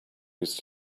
used